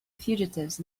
fugitives